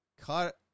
Cut